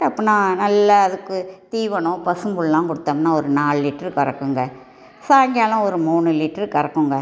பத்துனால் இல்லை அதுக்கு தீவனம் பசும் புல்லாம் கொடுத்தாம்ன்னா ஒரு நாலு லிட்டர் கறக்குங்கள் சாயங்காலம் ஒரு மூணு லிட்டர் கறக்குங்கள்